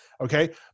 Okay